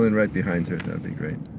and right behind her. that'd be great